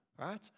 right